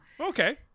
Okay